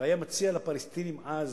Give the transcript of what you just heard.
והיה מציע לפלסטינים אז